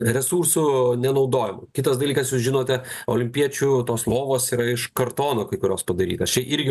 resursų nenaudojimu kitas dalykas jūs žinote olimpiečių tos lovos yra iš kartono kai kurios padarytos čia irgi